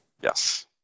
Yes